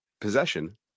possession